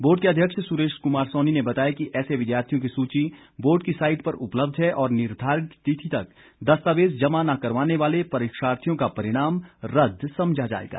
board के अध्यक्ष सुरेश कुमार सोनी ने बताया कि ऐसे विद्यार्थियों की सूची बोर्ड की साईट पर उपलब्ध है और निर्धारित तिथि तक दस्तावेज जमा न करवाने वाले परीक्षार्थियों का परिणाम रदद समझा जाएगा